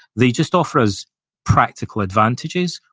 they just offer us practical advantages,